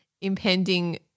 impending